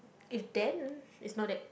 if then it's not that